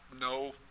no